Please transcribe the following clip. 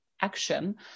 action